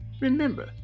remember